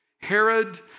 Herod